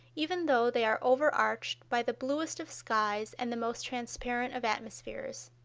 even though they are over-arched by the bluest of skies and the most transparent of atmospheres!